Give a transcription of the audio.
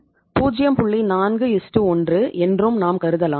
41 என்றும் நாம் கருதலாம்